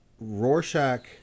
Rorschach